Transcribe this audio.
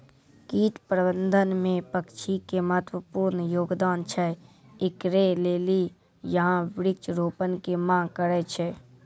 कीट प्रबंधन मे पक्षी के महत्वपूर्ण योगदान छैय, इकरे लेली यहाँ वृक्ष रोपण के मांग करेय छैय?